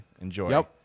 Enjoy